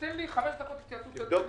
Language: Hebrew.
תן לי חמש דקות התייעצות סיעתית.